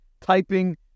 typing